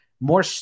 More